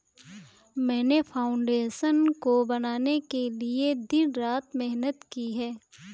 मैंने फाउंडेशन को बनाने के लिए दिन रात मेहनत की है